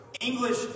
English